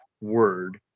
word